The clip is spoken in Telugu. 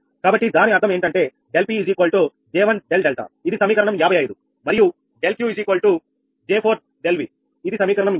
కాబట్టి దాని అర్థం ఏంటంటే ∆𝑃 𝐽1∆𝛿 ఇది సమీకరణం 55 మరియు ∆𝑄 𝐽4∆𝑉 ఇది సమీకరణం 56